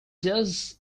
does